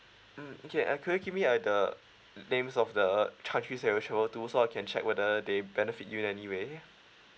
mm okay uh could you give me uh the names of the countries that you travel to so I can check whether they benefit you in anyway